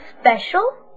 Special